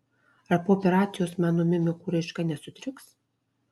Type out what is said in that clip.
ar po operacijos mano mimikų raiška nesutriks